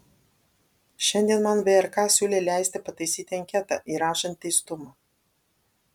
šiandien man vrk siūlė leisti pataisyti anketą įrašant teistumą